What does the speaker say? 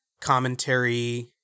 commentary